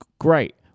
Great